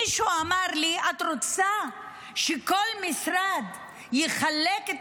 מישהו אמר לי: את רוצה שכל משרד יחלק את